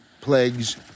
plagues